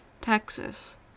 Texas